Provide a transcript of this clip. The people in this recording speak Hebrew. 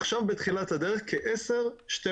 עכשיו בתחילת הדרך מדובר על כ-10 12 שנים,